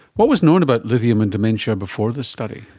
what was known about lithium and dementia before this study?